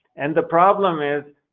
and the problem is,